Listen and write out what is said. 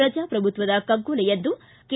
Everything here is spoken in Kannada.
ಪ್ರಜಾಪ್ರಭುತ್ವದ ಕಗ್ಗೊಲೆ ಎಂದು ಕೆ